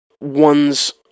one's